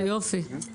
איזה יופי.